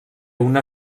una